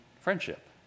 friendship